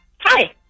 Hi